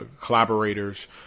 collaborators